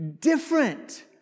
different